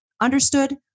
understood